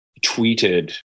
tweeted